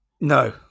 No